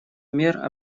мер